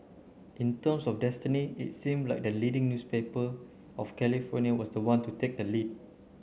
in terms of destiny it seemed like the leading newspaper of California was the one to take the lead